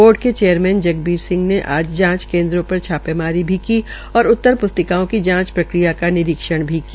board के chairman Jagbir Singh ने आज जांच केन्द्रों पर छापेमारी भी की और उत्तरप्रस्तिकाओं की जांच प्रक्रिया का निरीक्षण भी किया